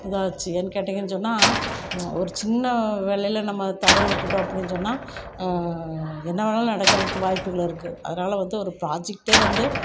இதாச்சு ஏன்னு கேட்டிங்கன்னு சொன்னா ஒரு சின்ன வேலையில் நம்ம தவற விட்டுவிட்டோம் அப்படின்னு சொன்னா என்ன வேணாலும் நடக்கறதுக்கு வாய்ப்புகள் இருக்கு அதனால் வந்து ஒரு ப்ராஜெக்ட்டே வந்து